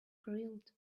grilled